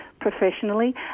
professionally